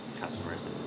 customers